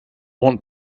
want